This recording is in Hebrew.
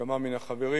לכמה מן החברים,